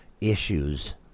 issues